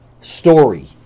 story